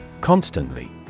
Constantly